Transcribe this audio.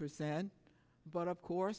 percent but of course